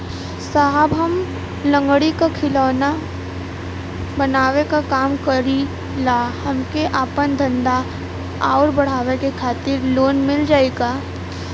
साहब हम लंगड़ी क खिलौना बनावे क काम करी ला हमके आपन धंधा अउर बढ़ावे के खातिर लोन मिल जाई का?